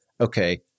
Okay